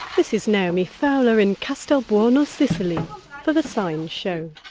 this is naomi fowler in castelbuono, sicily for the science show